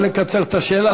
נא לקצר את השאלה.